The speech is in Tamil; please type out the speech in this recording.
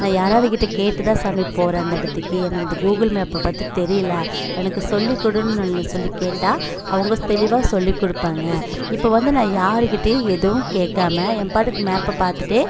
நான் யாராவது கிட்டே கேட்டு தான் சாமி போகிறேன் அந்த இடத்துக்கே எனக்கு இந்த கூகுள் மேப்பை பற்றி தெரியலை எனக்கு சொல்லி கொடுன்னு நல்லா சொல்லி கேட்டால் அவங்க தெளிவாக சொல்லி கொடுப்பாங்க இப்போ வந்து நான் யார் கிட்டேயும் எதுவும் கேக்காமல் என் பாட்டுக்கு மேப்பை பார்த்துட்டே